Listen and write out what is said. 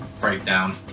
breakdown